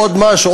עוד משהו,